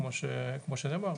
כמו שנאמר,